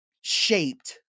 shaped